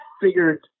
figured